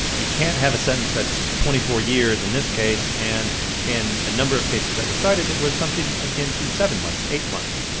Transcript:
you can't have a sentence that's twenty four years in this case, and in a number of cases that were cited, it was something akin to seven months, eight months.